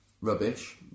rubbish